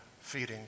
feeding